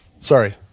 sorry